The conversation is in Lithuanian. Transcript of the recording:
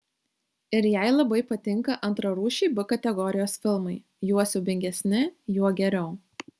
ir jai labai patinka antrarūšiai b kategorijos filmai juo siaubingesni juo geriau